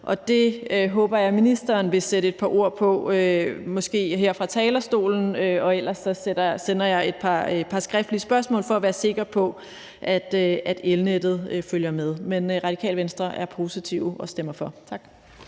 Det håber jeg at ministeren vil sætte et par ord på, måske her fra talerstolen, og ellers sender jeg et par skriftlige spørgsmål for at være sikker på, at elnettet følger med. Men Radikale Venstre er positive og stemmer for. Tak.